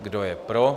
Kdo je pro?